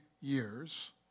years